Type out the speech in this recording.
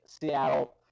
Seattle